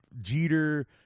Jeter